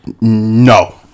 No